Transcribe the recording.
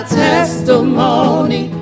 testimony